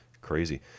Crazy